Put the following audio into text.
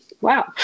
wow